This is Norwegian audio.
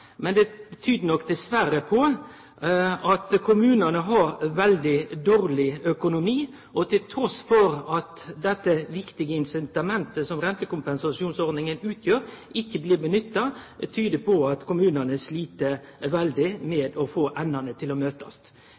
kommunane har veldig dårleg økonomi. Når dette viktige incitamentet som rentekompensasjonsordninga er, ikkje blir nytta, tyder det på at kommunane slit veldig med å få endane til å møtast.